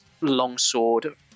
longsword